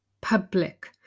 public